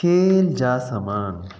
खेल जा सामान